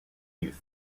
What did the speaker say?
youth